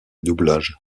doublage